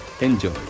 enjoy